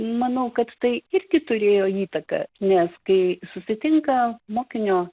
manau kad tai irgi turėjo įtaką nes kai susitinka mokinio